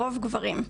הרוב גברים.